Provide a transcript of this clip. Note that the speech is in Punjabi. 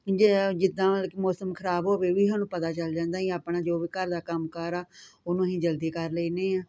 ਜਿੱਦਾਂ ਮਤਲਬ ਮੌਸਮ ਖਰਾਬ ਹੋਵੇ ਵੀ ਸਾਨੂੰ ਪਤਾ ਚੱਲ ਜਾਂਦਾ ਈ ਆਪਣਾ ਜੋ ਵੀ ਘਰ ਦਾ ਕੰਮ ਕਾਰ ਆ ਉਹਨੂੰ ਅਸੀਂ ਜਲਦੀ ਕਰ ਲੈਂਦੇ ਹਾਂ ਅਤੇ